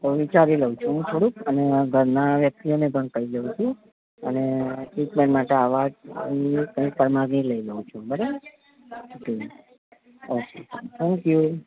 તો હું વિચારી લઉં છું હું થોડુંક અને ઘરના વ્યક્તિઓને પણ કહી દઉં છું અને ટ્રીટમેન્ટ માટે આવવા હું પરમાગી લઈ લઉં છું બરાબર ઓકે થેન્ક યુ